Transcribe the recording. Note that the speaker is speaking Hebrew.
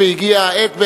והגיעה העת,